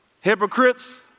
hypocrites